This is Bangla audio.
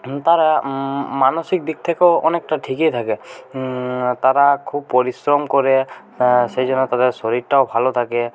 তারা মানসিক দিক থেকেও অনেকটা ঠিকই থাকে তারা খুব পরিশ্রম করে সেই জন্য তাদের শরীরটাও ভালো থাকে